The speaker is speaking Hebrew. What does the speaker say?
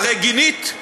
הרי גינית,